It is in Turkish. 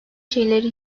şeyleri